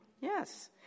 Yes